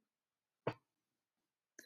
שהפריעו שהפריעו לתושבי השכונה להרדם ושגעו את הכלבים.